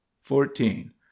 fourteen